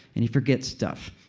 and he forgets stuff